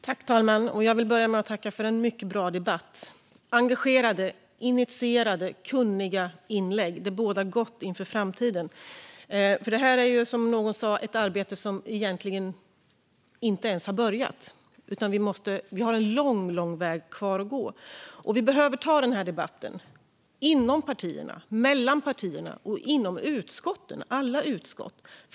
Fru talman! Jag vill börja med att tacka för en mycket bra debatt. Engagerade, initierade och kunniga inlägg bådar gott inför framtiden. För detta är, som någon sa, ett arbete som egentligen inte ens har börjat. Vi har en lång väg kvar att gå. Vi behöver ta debatten inom partierna, mellan partierna och inom utskotten - alla utskott.